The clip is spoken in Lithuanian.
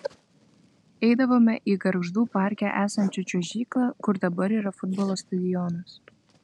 eidavome į gargždų parke esančią čiuožyklą kur dabar yra futbolo stadionas